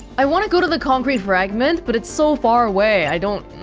i wanna go to the concrete fragment, but it's so far away, i don't